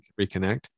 reconnect